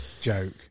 joke